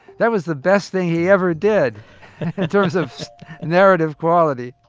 that was the best thing he ever did in terms of narrative quality